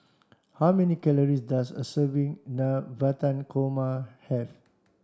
how many calories does a serving Navratan Korma have